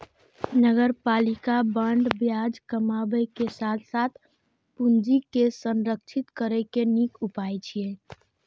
नगरपालिका बांड ब्याज कमाबै के साथ साथ पूंजी के संरक्षित करै के नीक उपाय छियै